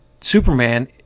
Superman